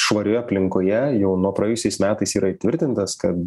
švarioje aplinkoje jau nuo praėjusiais metais yra įtvirtintas kad